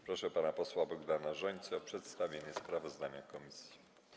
Proszę pana posła Bogdana Rzońcę o przedstawienie sprawozdania komisji.